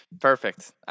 Perfect